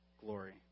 glory